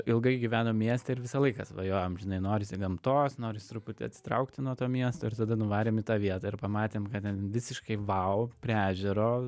ilgai gyvenom mieste ir visą laiką svajojom žinai norisi gamtos norisi truputį atsitraukti nuo to miesto ir tada nuvarėm į tą vietą ir pamatėm kad ten visiškai vau prie ežero